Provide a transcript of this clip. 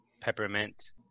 peppermint